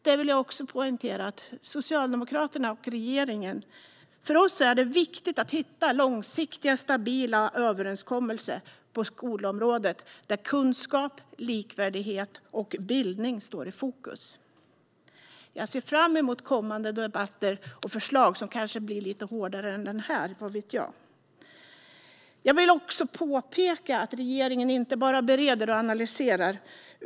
Låt mig poängtera att för Socialdemokraterna och regeringen är det viktigt att hitta långsiktiga, stabila överenskommelser på skolområdet där kunskap, likvärdighet och bildning står i fokus. Jag ser fram emot kommande debatter och förslag. Kanske blir de lite hårdare än denna; vad vet jag? Jag vill också påpeka att regeringen inte bara bereder och analyserar.